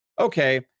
okay